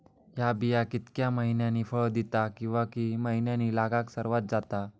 हया बिया कितक्या मैन्यानी फळ दिता कीवा की मैन्यानी लागाक सर्वात जाता?